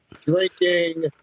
drinking